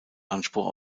anspruch